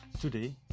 today